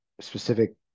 specific